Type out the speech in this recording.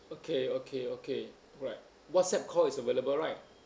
okay okay okay right whatsapp call is available right